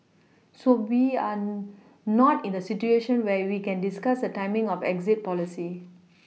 so we're not in a situation where we can discuss the timing of exit policy